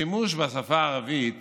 השימוש בשפה הערבית